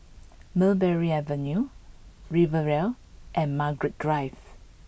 Mulberry Avenue Riviera and Margaret Drive